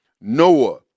Noah